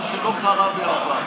מה שלא קרה בעבר,